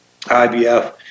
IBF